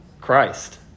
Christ